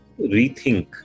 rethink